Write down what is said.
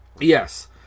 Yes